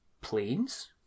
planes